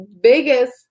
biggest